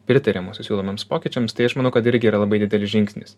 pritaria mūsų siūlomiems pokyčiams tai aš manau kad irgi yra labai didelis žingsnis